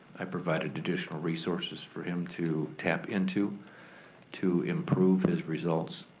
i provided additional resources for him to tap into to improve his results.